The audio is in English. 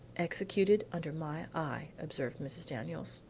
executed under my eye, observed mrs. daniels.